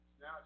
Now